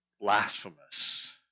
blasphemous